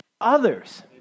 others